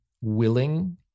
willing